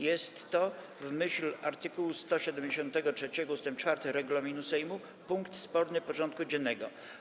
Jest to w myśl art. 173 ust. 4 regulaminu Sejmu punkt sporny porządku dziennego.